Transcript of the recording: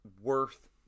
worth